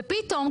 פתאום,